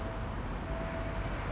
U_S guy thing